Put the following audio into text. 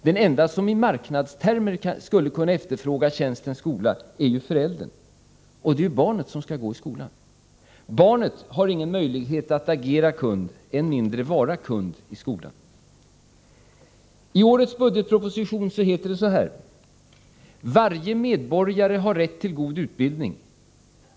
Den ende som i marknadstermer skulle kunna efterfråga tjänsten skola är ju föräldern, men det är ju barnet som skall gå i skolan. Barnet har ju ingen möjlighet att agera kund, än mindre att vara kund i skolan. I årets budgetproposition heter det: ”Varje medborgare har rätt till god utbildning.